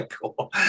Cool